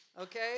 okay